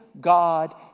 God